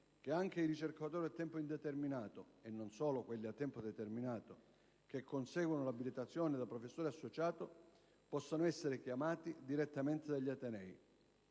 che anche i ricercatori a tempo indeterminato - e non solo quelli a tempo determinato - che conseguano l'abilitazione da professore associato possono essere chiamati direttamente dagli atenei,